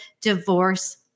Divorce